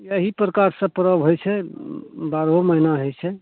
इएह प्रकारसे परब होइ छै बारहो महिना होइ छै